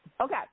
Okay